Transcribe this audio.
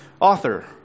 author